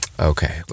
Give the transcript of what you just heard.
Okay